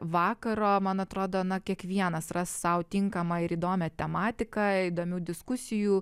vakaro man atrodo na kiekvienas ras sau tinkamą ir įdomią tematiką įdomių diskusijų